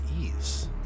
ease